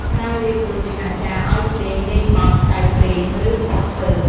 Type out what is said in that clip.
ក្រោយរៀបរួចអាចារ្យឲ្យភ្លេងលេងបទ ចៅព្រាមឬប៉ុកពើក។